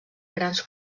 grans